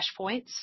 flashpoints